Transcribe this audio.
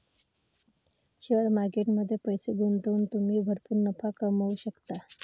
share market मध्ये पैसे गुंतवून तुम्ही भरपूर नफा कमवू शकता